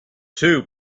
two